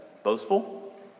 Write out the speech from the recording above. boastful